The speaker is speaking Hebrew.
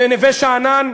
בנווה-שאנן,